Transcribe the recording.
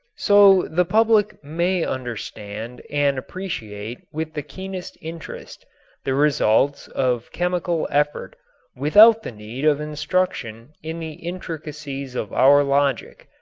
so the public may understand and appreciate with the keenest interest the results of chemical effort without the need of instruction in the intricacies of our logic,